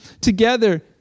together